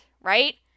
right